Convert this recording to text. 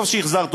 טוב שהחזרת אותי,